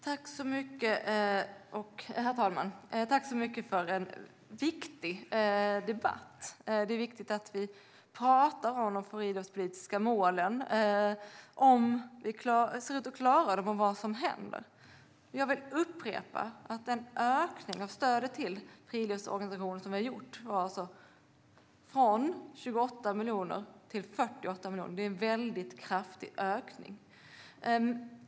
Herr talman! Jag tackar så mycket för en viktig debatt. Det är viktigt att vi pratar om de friluftspolitiska målen, om huruvida vi ser ut att klara dem och om vad som händer. Jag vill upprepa att den ökning av stödet till friluftsorganisationer som vi har gjort var från 28 miljoner till 48 miljoner. Det är en väldigt kraftig ökning.